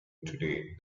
today